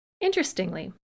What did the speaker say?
Interestingly